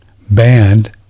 banned